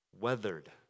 weathered